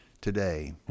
today